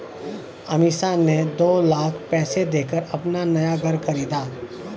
अमीषा ने दो लाख पैसे देकर अपना नया घर खरीदा